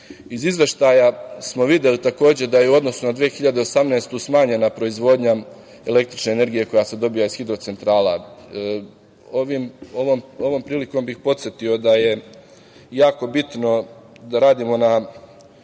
Izveštaja smo videli takođe da je u odnosu na 2018. godinu smanjena proizvodnja električne energije koja se dobija iz hidrocentrala. Ovom prilikom bih podsetio da je jako bitno da radimo na